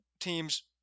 team's